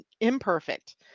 imperfect